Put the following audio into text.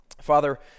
Father